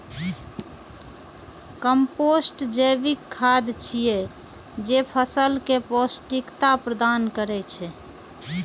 compost जैविक खाद छियै, जे फसल कें पौष्टिकता प्रदान करै छै